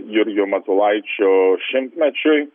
jurgio matulaičio šimtmečiui